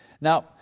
Now